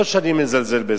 לא שאני מזלזל בזה.